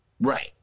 Right